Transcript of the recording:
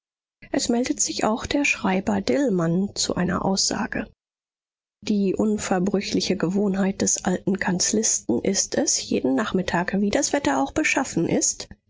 es meldet sich auch der schreiber dillmann zu einer aussage die unverbrüchliche gewohnheit des alten kanzlisten ist es jeden nachmittag wie das wetter auch beschaffen ist